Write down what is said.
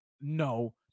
No